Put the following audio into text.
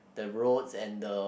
the road and the